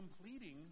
completing